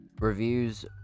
reviews